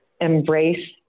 embrace